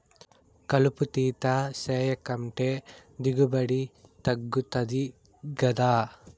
కలుపు తీత సేయకంటే దిగుబడి తగ్గుతది గదా